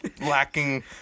lacking